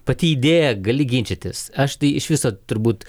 pati idėja gali ginčytis aš tai iš viso turbūt